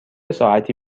ساعتی